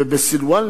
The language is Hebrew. בסילואן,